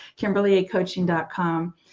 KimberlyAcoaching.com